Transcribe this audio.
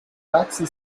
taxi